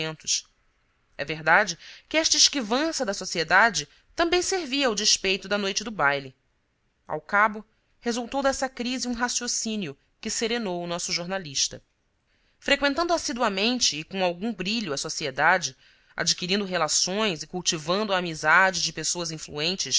divertimentos é verdade que esta esquivança da sociedade também servia ao despeito da noite do baile ao cabo resultou dessa crise um raciocínio que serenou o nosso jornalista freqüentando assiduamente e com algum brilho a sociedade adquirindo relações e cultivando a amizade de pessoas influentes